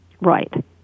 Right